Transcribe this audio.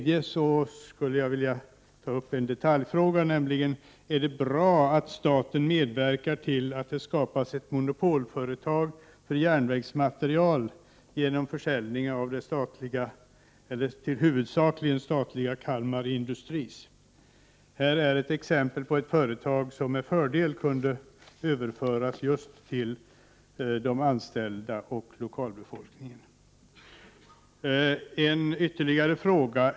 Jag skulle vilja ta upp en detaljfråga: Är det bra att staten medverkar till att det skapas ett monopolföretag för järnvägsmateriel genom försäljning av det huvudsakligen statligt ägda företaget Kalmar Industri? Här har vi ett exempel på ett företag som med fördel kunde överföras just till de anställda och lokalbefolkningen.